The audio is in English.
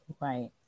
Right